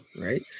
right